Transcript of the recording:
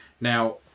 now